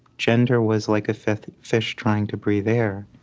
gender was like a fish fish trying to breathe air.